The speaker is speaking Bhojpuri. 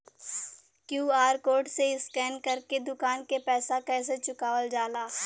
क्यू.आर कोड से स्कैन कर के दुकान के पैसा कैसे चुकावल जाला?